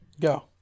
Go